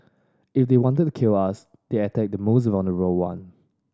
if they wanted to kill us they attack the most vulnerable one